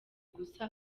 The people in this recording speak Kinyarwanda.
gusa